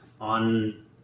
on